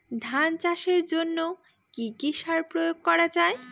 ধান চাষের জন্য কি কি সার প্রয়োগ করা য়ায়?